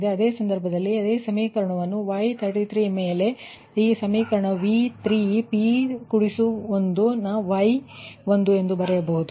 ಆದ್ದರಿಂದ ಅದೇ ಸಂದರ್ಭದಲ್ಲಿ ಇದೇ ಸಮೀಕರಣವನ್ನು ನೀವು Y33 ಮೇಲೆ ಈ ಸಮೀಕರಣ V3p1 ನ Y1 ಎಂದು ಬರೆಯಬಹುದು